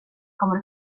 kommer